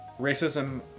racism